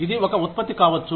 ఇది ఒక ఉత్పత్తి కావచ్చు